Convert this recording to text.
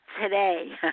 today